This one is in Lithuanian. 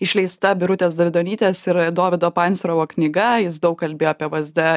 išleista birutės davidonytės ir dovydo pancerovo knyga jis daug kalbėjo apie vsd